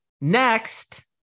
next